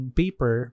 paper